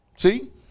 See